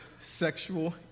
sexual